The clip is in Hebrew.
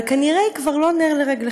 אבל כנראה הוא כבר לא נר לרגליכם,